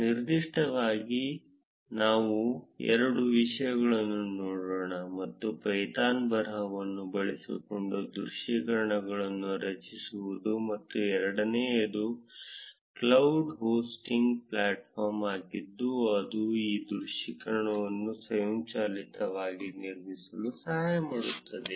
ನಿರ್ದಿಷ್ಟವಾಗಿ ನಾವು ಎರಡು ವಿಷಯಗಳನ್ನು ನೋಡೋಣ ಒಂದು ಪೈಥಾನ್ ಬರಹವನ್ನು ಬಳಸಿಕೊಂಡು ದೃಶ್ಯೀಕರಣಗಳನ್ನು ರಚಿಸುವುದು ಮತ್ತು ಎರಡನೆಯದು ಕ್ಲೌಡ್ ಹೋಸ್ಟಿಂಗ್ ಪ್ಲಾಟ್ಫಾರ್ಮ್ ಆಗಿದ್ದು ಅದು ಈ ದೃಶ್ಯೀಕರಣಗಳನ್ನು ಸ್ವಯಂಚಾಲಿತವಾಗಿ ನಿರ್ಮಿಸಲು ಸಹಾಯ ಮಾಡುತ್ತದೆ